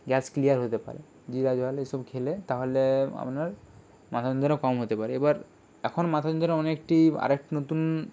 gas clear হয়ে যেতে পারে জিরা জল এসব খেলে তা হলে আপনার মাথা যন্ত্রণা কম হতে পারে এবার এখন মাথা যন্ত্রণা অনেকটি আরেকটি নতুন